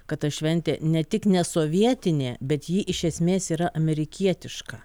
kad ta šventė ne tik nesovietinė bet ji iš esmės yra amerikietiška